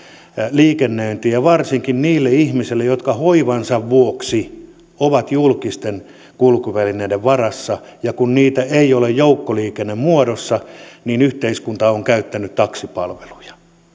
liikennöintiin ja varsinkin niille ihmisille jotka hoivansa vuoksi ovat julkisten kulkuvälineiden varassa ja kun niitä ei ole joukkoliikennemuodossa niin yhteiskunta on käyttänyt taksipalveluja